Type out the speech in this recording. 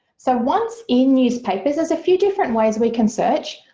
so once in newspapers there's a few different ways we can search,